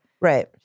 Right